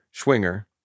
Schwinger